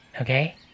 okay